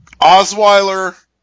Osweiler